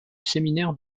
séminaire